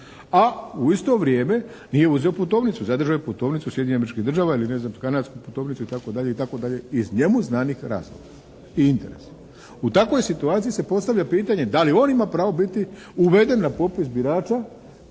a u isto vrijeme nije uzeo putovnicu. Zadržao je putovnicu Sjedinjenih Američkih Država ili ne znam kanadsku putovnicu, itd., itd. iz njemu znanih razloga i interesa. U takvoj situaciji se postavlja pitanje da li on ima pravo biti uveden na popis birača